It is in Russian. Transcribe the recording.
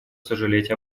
сожалеть